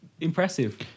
impressive